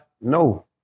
No